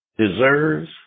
deserves